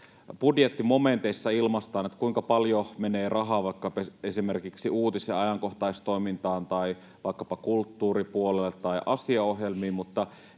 budjettimomenteissa ilmaistaan, kuinka paljon menee rahaa vaikkapa esimerkiksi uutis- ja ajankohtaistoimintaan tai vaikkapa kulttuuripuolelle tai asiaohjelmiin,